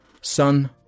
Son